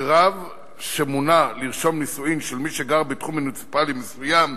כי רב שמונה לרשום נישואים של מי שגר בתחום מוניציפלי מסוים,